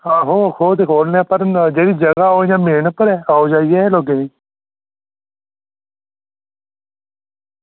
आहो ओह् ते खोल्लना ऐ पर जेह्ड़ी जगह ऐ ओह् मेन उप्पर ऐ आओ जाई ऐ लोकें दी